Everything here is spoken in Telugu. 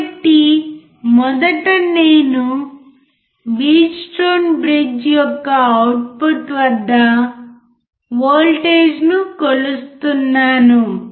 కాబట్టి మొదట నేను వీట్స్టోన్ బ్రిడ్జ్ యొక్క అవుట్పుట్ వద్దవోల్టేజ్ను కొలుస్తున్నాను